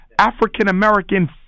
african-american